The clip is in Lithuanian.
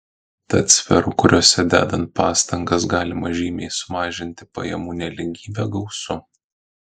tad sferų kuriose dedant pastangas galima žymiai sumažinti pajamų nelygybę gausu